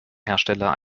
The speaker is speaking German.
hersteller